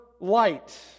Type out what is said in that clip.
light